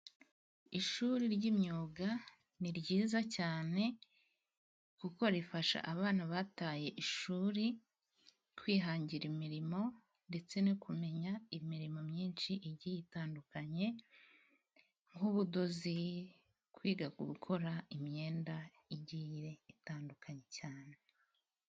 Ishuri ry'imyuga ni ryiza cyane kuko rifasha abana bataye ishuri kwihangira imirimo ndetse no kumenya imirimo myinshi igiye itandukanye nk'ubudozi, kwiga gukora imyenda igiye itandukanye cyane